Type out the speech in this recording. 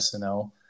SNL